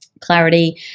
clarity